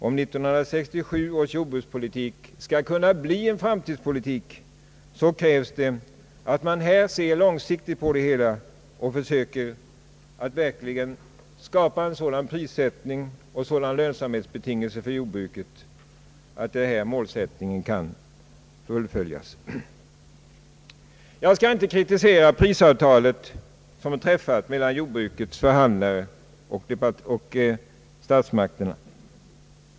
Om 1967 års jordbrukspolitik skall kunna bli en framtidspolitik krävs att man ser långsiktigt och försöker skapa en sådan prissättning och sådana lönsamhetsbetingelser för jordbruket att rationaliseringen kan fullföljas. Jag skall inte kritisera det prisavtal som är träffat mellan jordbrukets förhandlare och statsmakterna.